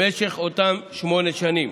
במשך אותן שמונה שנים